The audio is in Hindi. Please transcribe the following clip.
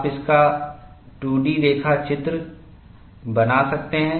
आप इसका 2D रेखा चित्र बना सकते हैं